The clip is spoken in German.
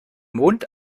mond